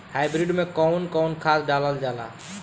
Hybrid में कउन कउन खाद डालल जाला?